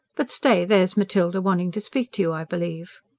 but stay, there's matilda wanting to speak to you, i believe.